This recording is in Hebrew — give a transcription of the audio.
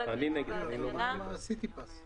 "אנשים הגרים באותו מקום"- בני אותו תא משפחתי או